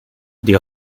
die